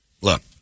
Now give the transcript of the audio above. look